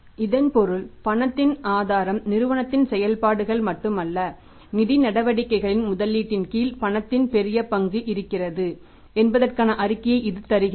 இதன் பொருள் பணத்தின் ஆதாரம் நிறுவனத்தின் செயல்பாடுகள் மட்டுமல்ல நிதி நடவடிக்கைகளின் முதலீட்டின் கீழ் பணத்தின் பெரியஅங்கு இருக்கிறது என்பதற்கான அறிகுறியை இது தருகிறது